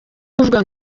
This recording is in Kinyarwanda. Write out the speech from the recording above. kuvuga